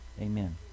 Amen